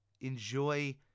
enjoy